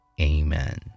amen